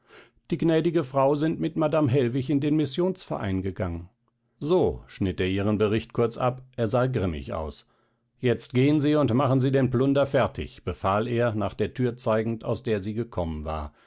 die gnädige frau sind mit madame hellwig in den missionsverein gegangen so schnitt er ihren bericht kurz ab er sah grimmig aus jetzt gehen sie und machen sie den plunder fertig befahl er nach der thür zeigend aus der sie gekommen war